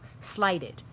slighted